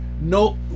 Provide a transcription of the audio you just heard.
no